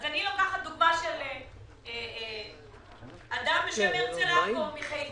אני לוקחת דוגמה של אדם בשם הרצל מחיפה.